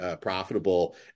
profitable